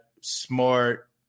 smart